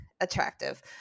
attractive